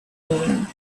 noon